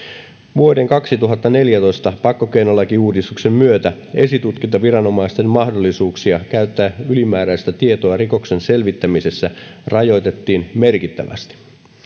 vuoden kaksituhattaneljätoista pakkokeinolakiuudistuksen myötä esitutkintaviranomaisten mahdollisuuksia käyttää ylimääräistä tietoa rikoksen selvittämisessä rajoitettiin merkittävästi